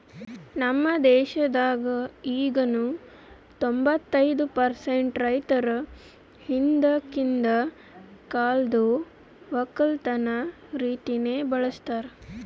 ನಮ್ ದೇಶದಾಗ್ ಈಗನು ತೊಂಬತ್ತೈದು ಪರ್ಸೆಂಟ್ ರೈತುರ್ ಹಿಂದಕಿಂದ್ ಕಾಲ್ದು ಒಕ್ಕಲತನ ರೀತಿನೆ ಬಳ್ಸತಾರ್